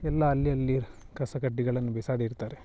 ಎಲ್ಲ ಅಲ್ಲಿ ಅಲ್ಲಿ ಕಸಕಡ್ಡಿಗಳನ್ನು ಬಿಸಾಡಿ ಇರ್ತಾರೆ